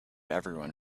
everyone